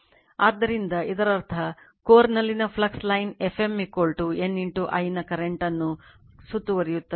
ಆದ್ದರಿಂದ ಇದರರ್ಥ ಕೋರ್ನಲ್ಲಿನ flux lines Fm N I ನ ಕರೆಂಟ್ ಅನ್ನು ಸುತ್ತುವರಿಯುತ್ತದೆ